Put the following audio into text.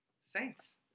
Saints